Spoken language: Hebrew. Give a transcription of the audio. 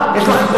יש לך קושאן?